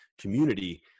community